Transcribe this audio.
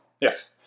Yes